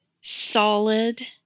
solid